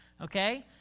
Okay